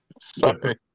Sorry